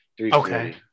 Okay